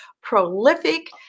prolific